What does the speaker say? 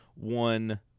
one